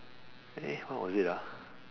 eh what was it ah